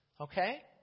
Okay